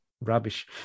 rubbish